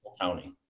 county